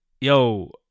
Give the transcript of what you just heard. Yo